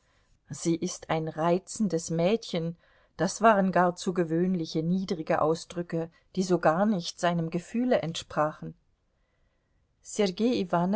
sie ist ein reizendes mädchen das waren gar zu gewöhnliche niedrige ausdrücke die so gar nicht seinem gefühle entsprachen sergei